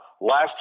Last